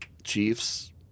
Chiefs